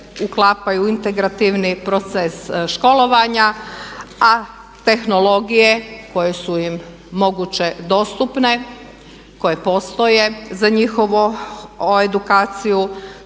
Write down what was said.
integrativni proces školovanja, a tehnologije koje su im moguće dostupne, koje postoje za njihovu edukaciju